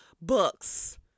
books